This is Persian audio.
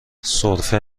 سرفه